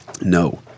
no